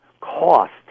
cost